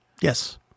yes